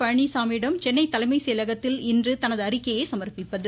பழனிசாமியிடம் சென்னை தலைமை செயலகத்தில் இன்று தனது அறிக்கையை சமா்ப்பித்தது